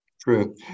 True